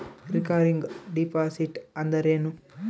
Recurring deposit ಅಂದರೇನು?